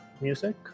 music